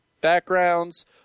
backgrounds